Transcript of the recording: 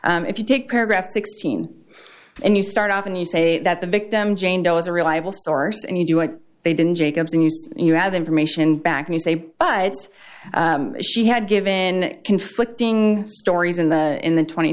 if you take paragraph sixteen and you start off and you say that the victim jane doe is a reliable source and you do it they didn't jacobson you say you have information back you say but she had given conflicting stories in the in the tw